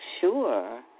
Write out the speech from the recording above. sure